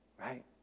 Right